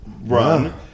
run